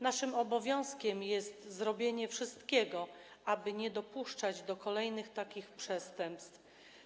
Naszym obowiązkiem jest zrobienie wszystkiego, aby nie dopuszczać do kolejnych takich przestępstw.